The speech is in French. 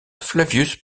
flavius